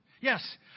Yes